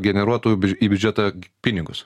generuotų į biudžetą pinigus